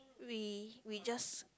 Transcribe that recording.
we we just